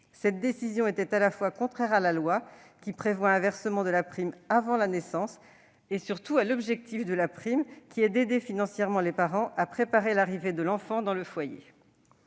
Cette décision était à la fois contraire à la loi, qui prévoit un versement de la prime avant la naissance, et surtout à l'objectif du dispositif, qui est d'aider financièrement les parents à préparer l'arrivée de l'enfant dans le foyer.